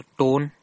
tone